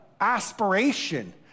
aspiration